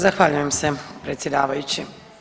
Zahvaljujem se predsjedavajući.